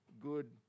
good